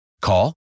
Call